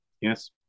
yes